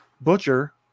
Butcher